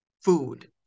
food